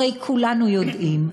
הרי כולנו יודעים,